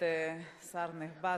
השר הנכבד,